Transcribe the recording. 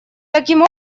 таким